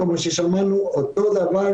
כמו ששמענו אותו דבר,